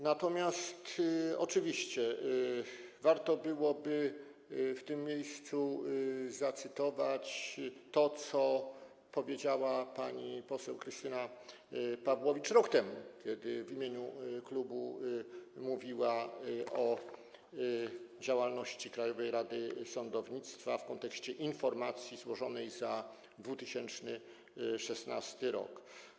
Natomiast warto byłoby w tym miejscu zacytować to, co powiedziała pani poseł Krystyna Pawłowicz rok temu, kiedy w imieniu klubu mówiła o działalności Krajowej Rady Sądownictwa w kontekście informacji złożonej za 2016 r.